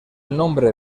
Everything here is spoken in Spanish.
nombre